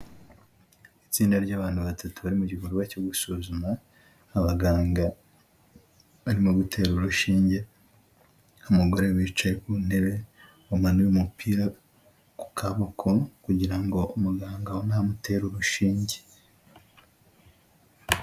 Itsinda ry'abantu batatu bari mu gikorwa cyo gusuzuma, abaganga barimo gutera urushinge, umugore wicaye ku ntebe wamanuye umupira ku kaboko kugira ngo umuganga abone aho amutera urushinge.